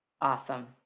Awesome